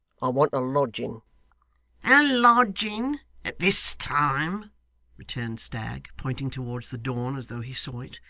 want a lodging a lodging at this time returned stagg, pointing towards the dawn as though he saw it.